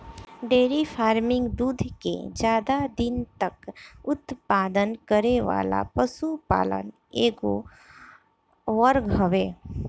dairy farming दूध के ज्यादा दिन तक उत्पादन करे वाला पशुपालन के एगो वर्ग हवे